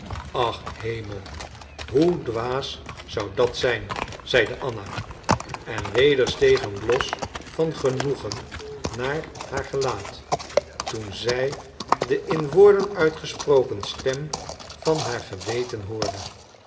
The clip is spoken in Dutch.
ach hemel hoe dwaas zou dat zijn zeide anna en weder steeg een blos van genoegen naar haar gelaat toen zij de in woorden uitgesproken stem van haar geweten hoorde